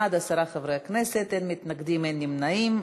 בעד, עשרה חברי כנסת, אין מתנגדים, אין נמנעים.